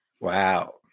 Wow